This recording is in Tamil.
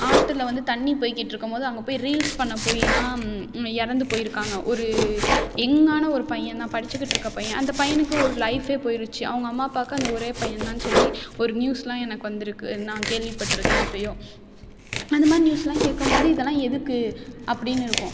ஆற்றுல வந்து தண்ணி போய்க்கிட்ருக்கும்மோது அங்கே போய் ரீல்ஸ் பண்ண போய்லாம் இறந்துப் போய்ருக்காங்க ஒரு யங்கான ஒரு பையன் தான் படித்துக்கிட்ருக்க பையன் அந்த பையனுக்கு ஒரு லைஃப்பே போய்ருச்சி அவங்க அம்மா அப்பாவுக்கு அந்த ஒரே பையன் தான் சொல்லி ஒரு நியூஸ்லாம் எனக்கு வந்திருக்கு நான் கேள்விபட்டிருக்கேன் எப்போயோ அந்த மாதிரி நியூஸ்லாம் கேக்கும்மோது இதெல்லாம் எதுக்கு அப்படின்னு இருக்கும்